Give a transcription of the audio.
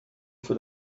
for